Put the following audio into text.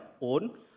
own